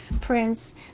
Prince